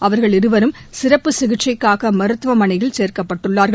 அவர்கள் இருவரும் சிறப்பு சிகிச்சைக்காக மருத்துவமனையில் சேர்க்கப்பட்டுள்ளார்கள்